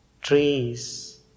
trees